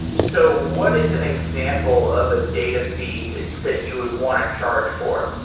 so what is an example of a data feed that you would want to charge for?